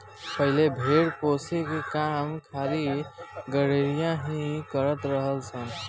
पहिले भेड़ पोसे के काम खाली गरेड़िया ही करत रलन सन